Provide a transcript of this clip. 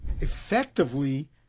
effectively